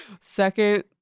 Second